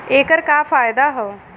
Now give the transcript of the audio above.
ऐकर का फायदा हव?